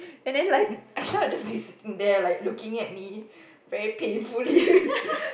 and then like Aisha will just be sitting there like looking at me very painfully